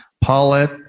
Paulette